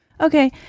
Okay